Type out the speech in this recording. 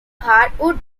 harwood